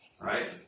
right